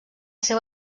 seu